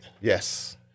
Yes